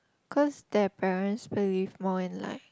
cause their parents believe more in like